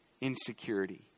insecurity